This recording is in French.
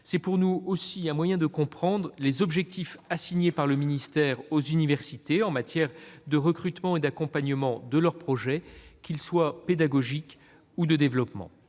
aussi pour nous un moyen de comprendre les objectifs assignés par le ministère aux universités en matière de recrutement et d'accompagnement de leurs projets, pédagogiques ou de développement.